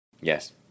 Yes